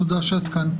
תודה שאת כאן ובהצלחה.